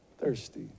thirsty